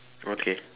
okay